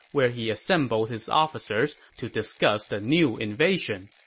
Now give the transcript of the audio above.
where he assembled his officers to discuss the new invasion.